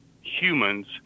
humans